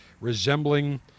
resembling